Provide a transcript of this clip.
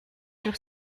sur